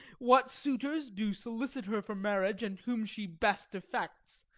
what suitors do solicit her for marriage, and whom she best affects.